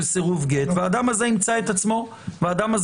סירוב גט והאדם הזה ימצא את עצמו במאסר.